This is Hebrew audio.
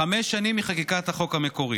חמש שנים מחקיקת החוק המקורי